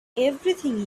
everything